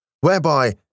whereby